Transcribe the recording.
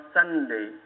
Sunday